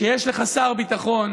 כשיש לך שר ביטחון